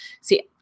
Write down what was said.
see